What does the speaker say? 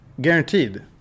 Guaranteed